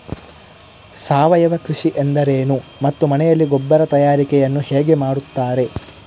ಸಾವಯವ ಕೃಷಿ ಎಂದರೇನು ಮತ್ತು ಮನೆಯಲ್ಲಿ ಗೊಬ್ಬರ ತಯಾರಿಕೆ ಯನ್ನು ಹೇಗೆ ಮಾಡುತ್ತಾರೆ?